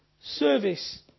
service